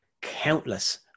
countless